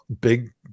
big